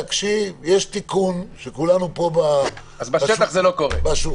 יש תיקון שכולנו פה בשולחן הזה --- אז בשטח זה לא קורה.